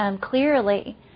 clearly